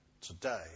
today